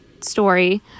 story